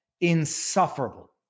insufferable